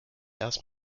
erst